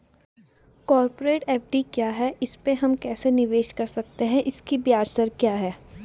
Corporate FD क्या है इसमें हम कैसे निवेश कर सकते हैं इसकी ब्याज दर क्या है?